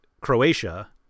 Croatia